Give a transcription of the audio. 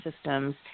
systems